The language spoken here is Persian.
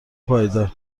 پایدار